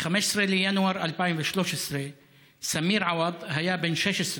ב-15 בינואר 2013 סמיר עווד היה בן 16,